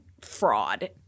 fraud